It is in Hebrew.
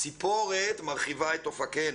סיפורת מרחיבה את אופקינו,